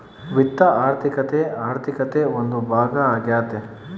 ವಿತ್ತ ಆರ್ಥಿಕತೆ ಆರ್ಥಿಕತೆ ಒಂದು ಭಾಗ ಆಗ್ಯತೆ